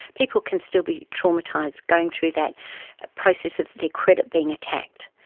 people can still be traumatised going through that process of their credit being attacked.